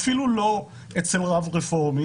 אפילו לא אצל רב רפורמי,